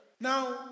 Now